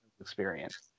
experience